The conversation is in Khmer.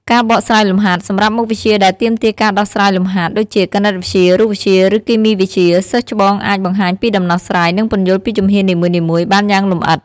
ការបកស្រាយលំហាត់ សម្រាប់មុខវិជ្ជាដែលទាមទារការដោះស្រាយលំហាត់ ដូចជាគណិតវិទ្យា រូបវិទ្យា ឬគីមីវិទ្យា សិស្សច្បងអាច បង្ហាញពីដំណោះស្រាយ និងពន្យល់ពីជំហាននីមួយៗបានយ៉ាងលម្អិត។